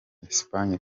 espagne